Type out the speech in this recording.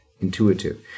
intuitive